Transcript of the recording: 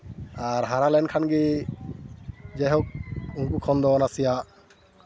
ᱟᱨ ᱦᱟᱨᱟ ᱞᱮᱱᱠᱷᱟᱱ ᱜᱮ ᱡᱟᱭᱦᱳᱠ ᱩᱱᱠᱩ ᱠᱷᱚᱱ ᱫᱚ ᱱᱟᱥᱮᱭᱟᱜ